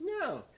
No